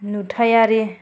नुथायारि